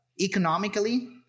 Economically